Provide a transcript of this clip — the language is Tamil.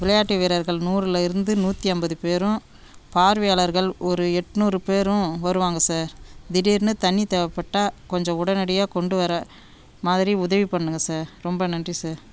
விளையாட்டு வீரர்கள் நூறில் இருந்து நூற்றி ஐம்பது பேரும் பார்வையாளர்கள் ஒரு எட்நூறு பேரும் வருவாங்க சார் திடீர்னு தண்ணி தேவைப்பட்டா கொஞ்சம் உடனடியாக கொண்டு வர மாதிரி உதவி பண்ணுங்கள் சார் ரொம்ப நன்றி சார்